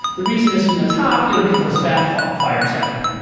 the reason is, from the top you don't get those fat fat fires happening.